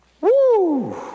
Woo